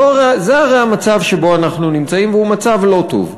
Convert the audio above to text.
זה הרי המצב שבו אנחנו נמצאים, והוא מצב לא טוב.